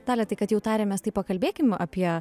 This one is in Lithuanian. dalia tai kad jau tarėmės kaip pakalbėkim apie